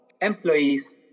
employees